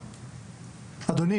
אדוני,